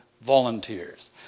volunteers